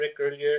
earlier